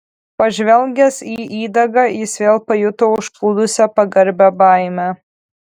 pažvelgęs į įdagą jis vėl pajuto užplūdusią pagarbią baimę